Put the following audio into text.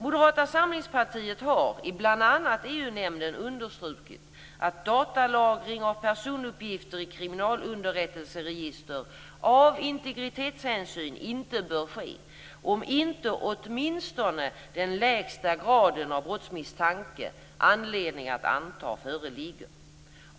Moderata samlingspartiet har i bl.a. EU-nämnden understrukit att datalagring av personuppgifter i kriminalunderrättelseregister av integritetshänsyn inte bör ske om inte åtminstone den lägsta graden av brottsmisstanke - anledning att anta - föreligger.